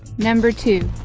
number two